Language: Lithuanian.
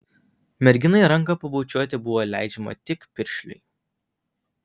merginai ranką pabučiuoti buvo leidžiama tik piršliui